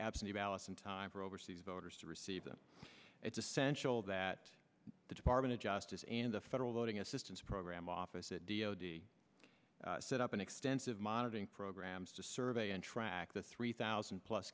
absentee ballots in time for overseas voters to receive them it's essential that the department of justice and the federal voting assistance program office at d o t set up an extensive monitoring programs to survey and track the three thousand plus